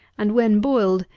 and when boiled,